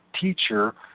teacher